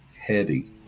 heavy